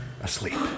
asleep